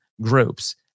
groups